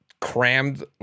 crammed